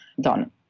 done